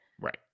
right